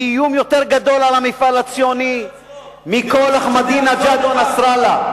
היא איום יותר גדול על המפעל הציוני מכל אחמדינג'אד או נסראללה.